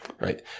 Right